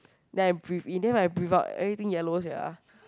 then I breathe in then when I breathe out everything yellow sia